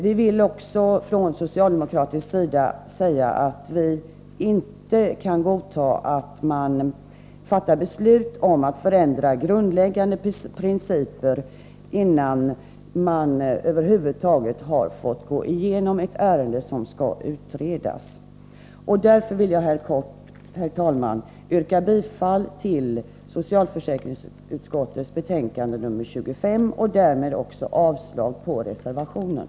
Vi vill också säga från socialdemokratisk sida att vi inte kan godta att man fattar beslut om att förändra grundläggande principer, innan man över huvud taget har gått igenom ett ärende som skall utredas. Därför vill jag helt kort, herr talman, yrka bifall till utskottets hemställan i socialförsäkringsutskottets betänkande 25 och därmed också avslag på reservationen.